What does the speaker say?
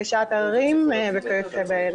הגשת עררים וכיוצא באלה.